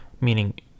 meaning